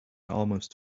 almost